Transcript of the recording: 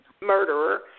murderer